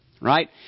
right